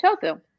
tofu